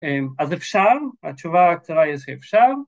‫אז אפשר, התשובה הקצרה היא שאפשר.